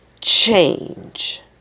Change